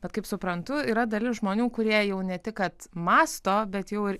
bet kaip suprantu yra dalis žmonių kurie jau ne tik kad mąsto bet jau ir